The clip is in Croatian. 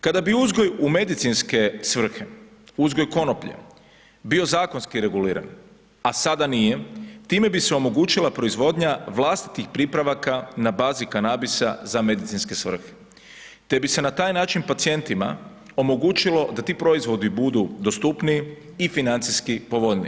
Kada bi uzgoj u medicinske svrhe, uzgoj konoplje, bio zakonski reguliran, a sada nije, time bi se omogućila proizvodnja vlastitih pripravaka na bazi kanabisa za medicinske svrhe te bi se na taj način pacijentima omogućilo da ti proizvodi budu dostupniji i financijski povoljniji.